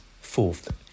Fourth